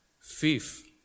Fifth